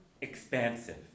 expansive